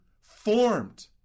formed